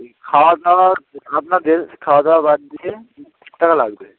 ওই খাওয়া দাওয়া আপনাদের খাওয়া দাওয়া বাদ দিয়ে টাকা লাগবে